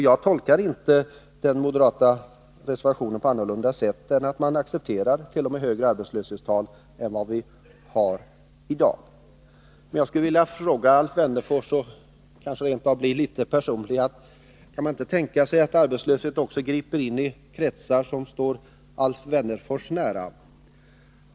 Jag tolkar inte den moderata reservationen på annat sätt än att man accepterar t.o.m. högre arbetslöshetstal än vad vi har i dag. Jag skulle vilja fråga Alf Wennerfors och kanske rent av bli litet personlig: Kan man inte tänka sig att arbetslöshet också griper in i kretsar som står Alf Wennerfors nära?